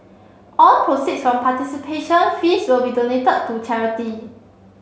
all proceeds from participation fees will be donated to charity